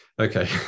Okay